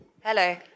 Hello